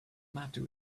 matter